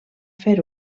fer